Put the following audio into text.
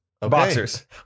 Boxers